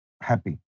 happy